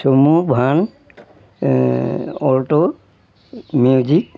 sum' van Alto magic